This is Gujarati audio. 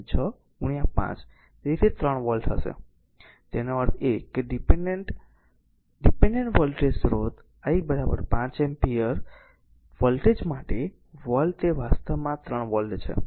6 5 હશે તેથી તે 3 વોલ્ટ હશે તેનો અર્થ એ કે ડીપેનડેન્ટ r ડીપેનડેન્ટ વોલ્ટેજ સ્રોત I 5 એમ્પીયર વોલ્ટેજ માટે વોલ્ટ તે વાસ્તવમાં 3 વોલ્ટ છે